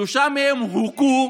שלושה מהם הוכו,